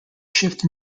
shift